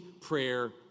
prayer